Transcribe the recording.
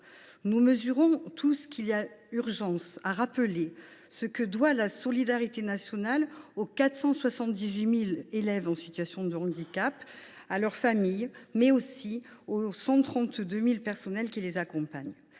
Nous savons tous qu’il y a urgence à rappeler ce que doit la solidarité nationale aux 478 000 élèves en situation de handicap et à leurs familles, ainsi qu’aux 132 000 personnels qui les accompagnent.